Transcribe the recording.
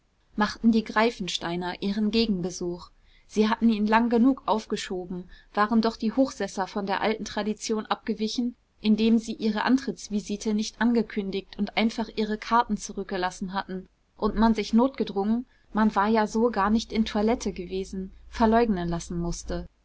machten die greifensteiner ihren gegenbesuch sie hatten ihn lang genug aufgeschoben waren doch die hochsesser von der alten tradition abgewichen indem sie ihre antrittsvisite nicht angekündigt und einfach ihre karten zurückgelassen hatten und man sich notgedrungen man war ja so gar nicht in toilette gewesen verleugnen lassen mußte